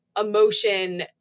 emotion